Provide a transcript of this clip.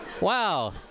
wow